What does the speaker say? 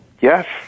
Yes